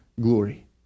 glory